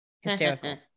Hysterical